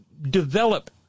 develop